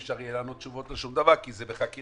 אפשר יהיה לענות תשובות על שום דבר כי זה בחקירה.